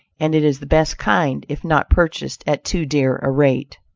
and it is the best kind if not purchased at too dear a rate.